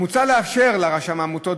מוצע לאפשר לרשם העמותות,